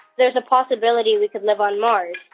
there's a possibility we could live on mars.